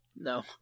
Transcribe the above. No